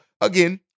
again